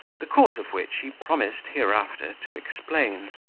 the cause of which he promised hereafter to explain.